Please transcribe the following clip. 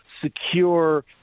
secure